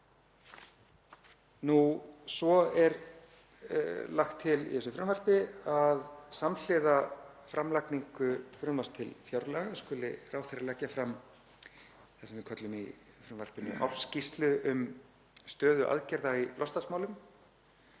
Svo er lagt til í þessu frumvarpi að samhliða framlagningu frumvarps til fjárlaga skuli ráðherra leggja fram það sem við köllum í frumvarpinu ársskýrslu um stöðu aðgerða í loftslagsmálum.